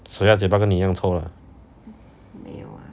所以它嘴巴跟你一样臭 lah